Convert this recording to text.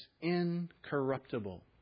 incorruptible